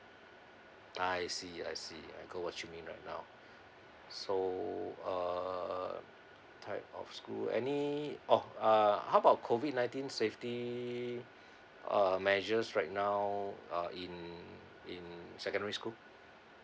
I see I see I I got what you mean right now so uh uh type of school any oh uh how about COVID nineteen safety uh measures right now uh in in secondary school